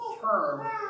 term